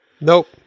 Nope